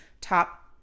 top